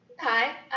Hi